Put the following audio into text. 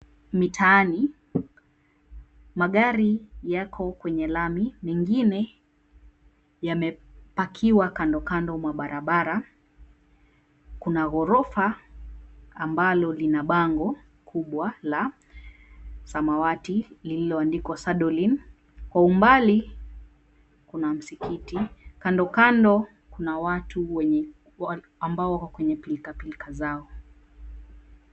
Mitaani, magari yako kwenye lami, mengine yamepakiwa kandokando mwa barabara. Kuna ghorofa ambalo lina bango kubwa la samawati lililoandikwa "Sadolin." Kwa umbali kuna msikiti. Kando kando, kuna watu wenye ambao wako kwenye pilikapilika zao.